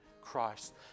Christ